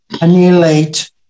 annihilate